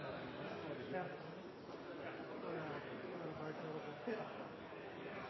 – med mulighet til å